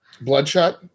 Bloodshot